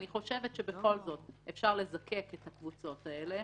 אני חושבת שבכל זאת אפשר לזקק את הקבוצות האלה